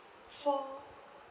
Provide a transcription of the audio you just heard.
for